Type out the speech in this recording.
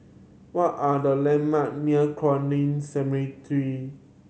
what are the landmark near